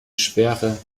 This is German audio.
schwere